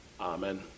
Amen